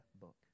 book